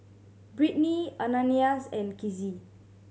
Brittnee Ananias and Kizzy